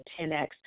10X